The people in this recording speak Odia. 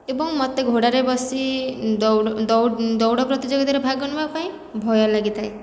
ଏବଂ ମୋତେ ଘୋଡ଼ାରେ ବସି ଦୌଡ଼ ଦୌଡ଼ ପ୍ରତିଯୋଗିତାରେ ଭାଗ ନେବା ପାଇଁ ଭୟ ଲାଗିଥାଏ